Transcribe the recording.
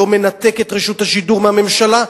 לא מנתק את רשות השידור מהממשלה,